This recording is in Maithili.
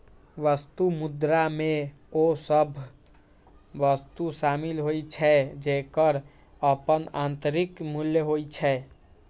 वस्तु मुद्रा मे ओ सभ वस्तु शामिल होइ छै, जेकर अपन आंतरिक मूल्य होइ छै